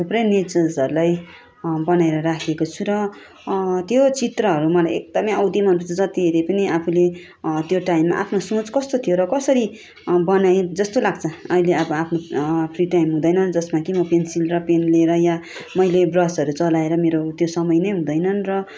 थुप्रै नेचर्सहरूलाई बनाएर राखेको छु र त्यो चित्रहरू मलाई एकदमै औधी मनपर्छ जत्ति हेरे पनि आफूले त्यो टाइममा आफ्नो सोच कस्तो थियो र कसरी बनाएँ जस्तो लाग्छ अहिले अब आफ्नो फ्री टाइम हुँदैन जसमा कि म पेन्सिल र पेन लिएर या मैले ब्रसहरू चलाएर मेरो त्यो समय नै हुँदैनन् र